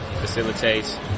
Facilitates